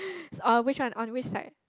which one on which side